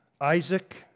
Isaac